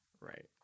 Right